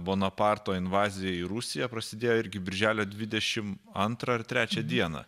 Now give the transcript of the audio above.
bonaparto invazija į rusiją prasidėjo irgi birželio dvidešim antrą ar trečią dieną